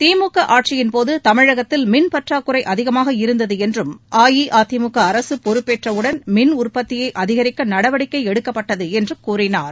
திமுக ஆட்சியின்போது தமிழகத்தில் மின்பற்றாக் குறை அதிகமாக இருந்தது என்றும் அஇஅதிமுக அரசு பொறுப்பேற்றவுடன் மின்உற்பத்தியை அதிகிக்க நடவடிக்கை எடுக்கப்பட்டது என்று கூறினார்